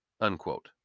unquote